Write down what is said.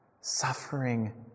suffering